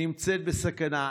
נמצאת בסכנה.